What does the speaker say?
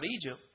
Egypt